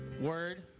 word